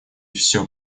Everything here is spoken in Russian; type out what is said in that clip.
всё